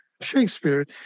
Shakespeare